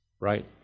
Right